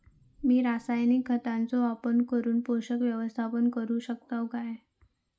मी रासायनिक खतांचो वापर करून पोषक व्यवस्थापन करू शकताव काय?